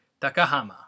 Takahama